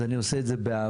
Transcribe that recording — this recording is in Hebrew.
אז אני עושה את זה באהבה,